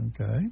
Okay